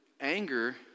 anger